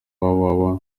www